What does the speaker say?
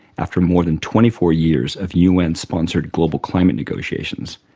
after more than twenty four years of un sponsored global climate negotiations,